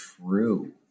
true